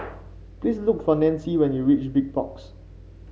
please look for Nancie when you reach Big Box